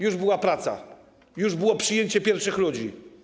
Już była praca, już było przyjęcie pierwszych ludzi.